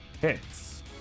Hits